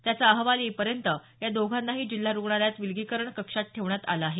त्याचा अहवाल येईपर्यंत या दोघांनाही जिल्हा रुग्णालयात विलगीकरण विभागात ठेवण्यात आलं आहे